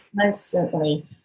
constantly